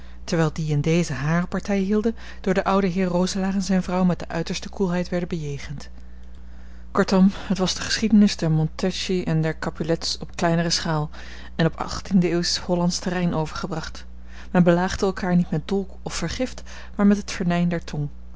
terwijl die in dezen hare partij hielden door den ouden heer roselaer en zijne vrouw met de uiterste koelheid werden bejegend kortom het was de geschiedenis der montecchi en der capulets op kleinere schaal en op achttiende eeuwsch hollandsch terrein overgebracht men belaagde elkaar niet met dolk of vergift maar met het venijn der tong